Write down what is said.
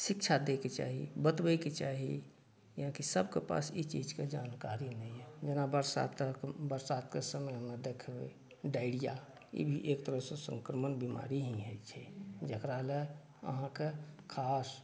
शिक्षा दैके चाही बतबयके चाही किएक कि सबके पास ई चीजके जानकारी नहि यऽ जेना बरसातक बरसातके समयमे देखबय डायरिया ई भी एक तरहसँ संक्रमण बीमारी ही होइ छै जकरा ले अहाँके खास